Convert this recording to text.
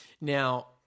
Now